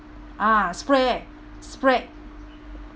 ah spread spread